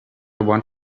want